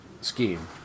scheme